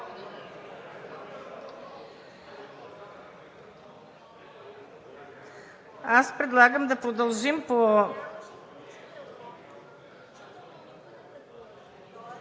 Аз предлагам да продължим